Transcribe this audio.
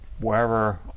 wherever